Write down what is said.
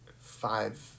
five